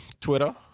Twitter